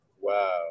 Wow